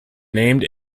named